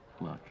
Look